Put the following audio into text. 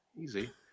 Easy